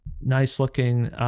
nice-looking